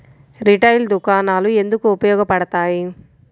Retail దుకాణాలు ఎందుకు ఉపయోగ పడతాయి?